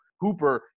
Hooper